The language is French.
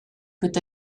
peut